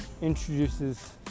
introduces